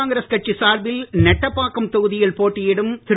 காங்கிரஸ் கட்சி சார்பில் நெட்டப்பாக்கம் தொகுதியில் போட்டியிடும் திரு